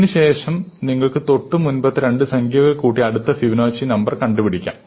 ഇതിനുശേഷം നിങ്ങൾക്ക് തൊട്ടു മുമ്പത്തെ രണ്ടു സംഖ്യകൾ കൂട്ടി അടുത്ത ഫിബൊനാച്ചി നമ്പർ കണ്ടുപിടിക്കാം